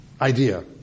idea